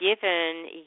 given